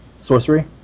sorcery